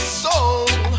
soul